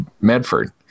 Medford